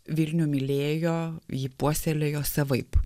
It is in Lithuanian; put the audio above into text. vilnių mylėjo jį puoselėjo savaip